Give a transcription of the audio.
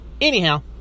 Anyhow